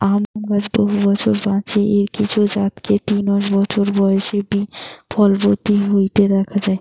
আম গাছ বহু বছর বাঁচে, এর কিছু জাতকে তিনশ বছর বয়সে বি ফলবতী হইতে দিখা যায়